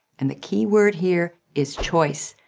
and the key word here is choice.